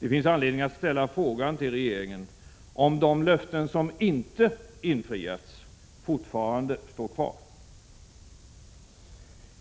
Det finns anledning att ställa frågan till regeringen, om de löften som inte infriats fortfarande står kvar.